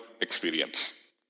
experience